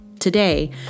Today